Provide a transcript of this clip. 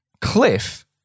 Cliff